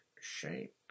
shape